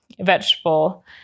vegetable